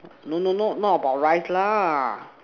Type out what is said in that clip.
no no no not about rice lah